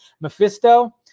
Mephisto